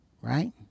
Right